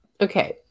okay